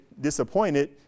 disappointed